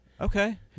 Okay